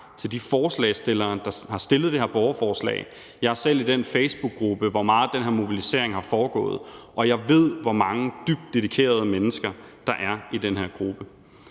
til de forslagsstillere, der har stillet det her borgerforslag. Jeg er selv med i den facebookgruppe, hvor meget af den her mobilisering er foregået, og jeg ved, hvor mange dybt dedikerede mennesker der er i den her gruppe.